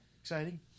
exciting